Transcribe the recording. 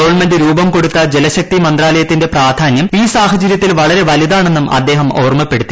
government രൂപംകൊടുത്ത ജലശക്തി മന്ത്രാലയത്തിന്റെ പ്രാധാന്യം ഈ സാഹചരൃത്തിൽ വളരെ വലുതാണെന്നും അദ്ദേഹം ഓർമ്മപ്പെടുത്തി